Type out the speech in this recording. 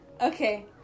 Okay